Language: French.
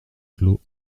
clos